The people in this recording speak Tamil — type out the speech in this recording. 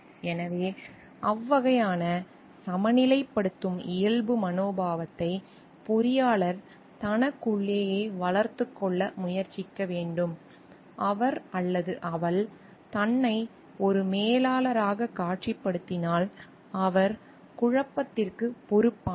எனவே அந்த வகையான சமநிலைப்படுத்தும் இயல்பு மனோபாவத்தை பொறியாளர் தனக்குள்ளேயே வளர்த்துக் கொள்ள முயற்சிக்க வேண்டும் அவர் அல்லது அவள் தன்னை ஒரு மேலாளராகக் காட்சிப்படுத்தினால் அவர் குழப்பத்திற்கு பொறுப்பானவர்